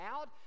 out